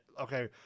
okay